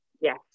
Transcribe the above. yes